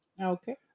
Okay